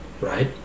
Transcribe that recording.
right